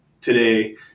today